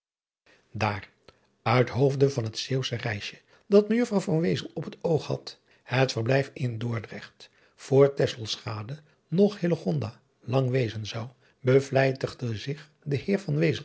daar uit hoofde van het zeeuwsche reisje dat mejuffrouw van wezel op het oog had adriaan loosjes pzn het leven van hillegonda buisman het verblijf in dordrecht voor tesselschade noch hillegonda lang wezen zou bevlijtigde zich de